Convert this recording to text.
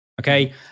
Okay